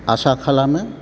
आसा खालामो